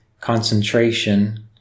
concentration